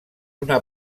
una